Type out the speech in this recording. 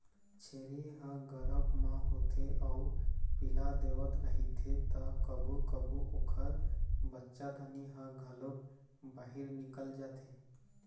छेरी ह गरभ म होथे अउ पिला देवत रहिथे त कभू कभू ओखर बच्चादानी ह घलोक बाहिर निकल जाथे